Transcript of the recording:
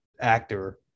actor